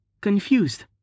Confused